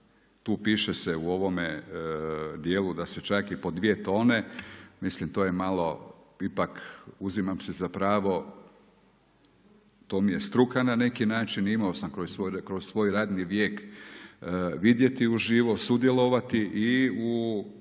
tu piše se u ovome dijelu da se čak i po dvije tone. Mislim to je malo ipak uzimam si za pravo, to mi je struka na neki način. Imao sam kroz svoj radni vijek vidjeti u živo, sudjelovati i u